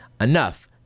enough